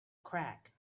crack